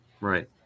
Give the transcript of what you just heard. right